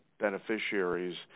beneficiaries